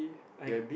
I